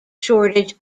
shortage